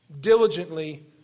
diligently